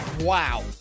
Wow